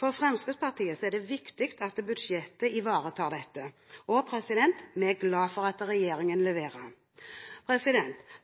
For Fremskrittspartiet er det viktig at budsjettet ivaretar dette, og vi er glad for at regjeringen leverer.